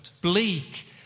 bleak